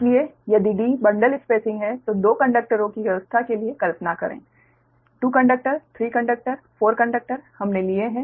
इसलिए यदि d bundle spacing है तो 2 कंडक्टरों की व्यवस्था के लिए कल्पना करें 2 कंडक्टर 3 कंडक्टर 4 कंडक्टर हमने लिए है